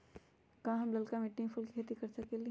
का हम लालका मिट्टी में फल के खेती कर सकेली?